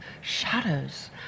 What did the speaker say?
shadows